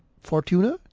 Fortuna